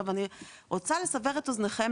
למה אני רוצה לסבר את אוזנכם?